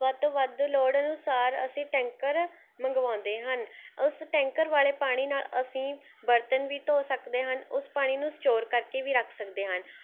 ਵੱਧ ਤੋਂ ਵੱਧ ਲੋੜ ਅਨੁਸਾਰ ਅਸੀਂ ਟੈਂਕਰ ਮੰਗਵਾਉਂਦੇ ਹਨ ਉਸ ਟੈਂਕਰ ਵਾਲ਼ੇ ਪਾਣੀ ਨਾਲ਼ ਅਸੀਂ ਬਰਤਨ ਵੀ ਧੋ ਸਕਦੇ ਹਨ ਉਸ ਪਾਣੀ ਨੂੰ ਸਟੋਰ ਕਰਕੇ ਵੀ ਰੱਖ ਸਕਦੇ ਹਨ